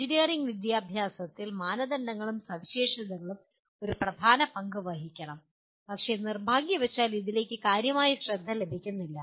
engineering വിദ്യാഭ്യാസത്തിൽ മാനദണ്ഡങ്ങളും സവിശേഷതകളും ഒരു പ്രധാന പങ്ക് വഹിക്കണം പക്ഷേ നിർഭാഗ്യവശാൽ ഇതിലേക്ക് കാര്യമായ ശ്രദ്ധ ലഭിക്കുന്നില്ല